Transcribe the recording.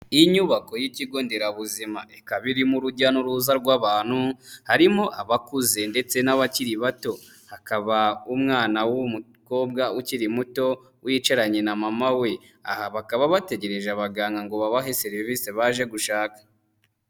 Inyubako y'ikigo nderabuzima ikaba irimo urujya n'uruza rw'abantu, harimo abakuze ndetse n'abakiri bato, hakaba umwana w'umukobwa ukiri muto wicaranye na mama we, aha bakaba bategereje abaganga ngo babahe serivisi baje gushaka.